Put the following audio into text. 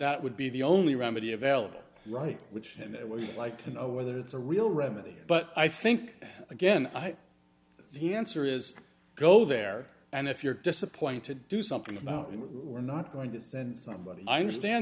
that would be the only remedy available right which and we like to know whether it's a real remedy but i think again i the answer is go there and if you're disappointed do something about it we're not going to send somebody i understand